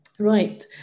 Right